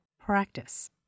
practice